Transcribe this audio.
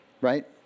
right